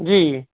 ਜੀ